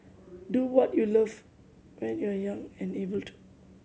do what you love when you are young and able to